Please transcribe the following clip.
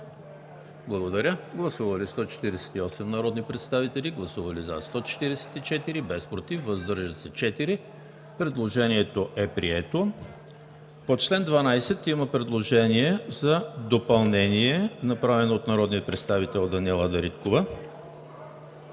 гласувайте. Гласували 148 народни представители: за 144, против няма, въздържали се 4. Предложението е прието. По чл. 12 има предложение за допълнение, направено от народния представител Даниела Дариткова.